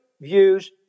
views